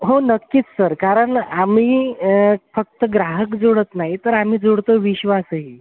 हो नक्कीच सर कारण आम्ही फक्त ग्राहक जोडत नाही तर आम्ही जोडतो विश्वासही